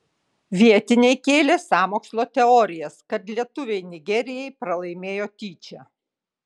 vietiniai kėlė sąmokslo teorijas kad lietuviai nigerijai pralaimėjo tyčia